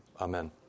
Amen